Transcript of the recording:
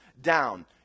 down